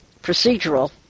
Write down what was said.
procedural